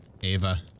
Ava